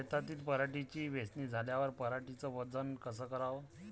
शेतातील पराटीची वेचनी झाल्यावर पराटीचं वजन कस कराव?